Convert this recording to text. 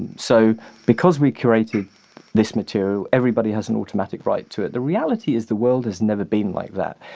and so because we curated this material, everybody has an automatic right to it. the reality is the world has never been like that.